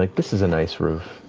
like this is a nice roof.